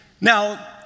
Now